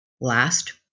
last